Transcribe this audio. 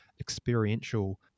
experiential